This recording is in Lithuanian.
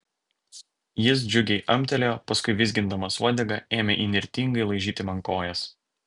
jis džiugiai amtelėjo paskui vizgindamas uodegą ėmė įnirtingai laižyti man kojas